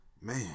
Man